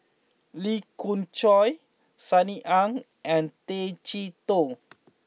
Lee Khoon Choy Sunny Ang and Tay Chee Toh